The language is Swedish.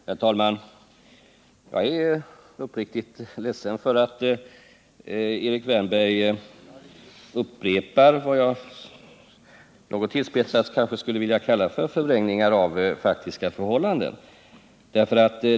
Herr talman! Jag är uppriktigt ledsen för att Erik Wärnberg upprepar vad jag något tillspetsat skulle vilja kalla förvrängningar av faktiska förhållanden.